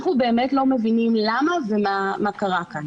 אנחנו לא מבינים למה ומה קרה כאן.